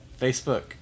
Facebook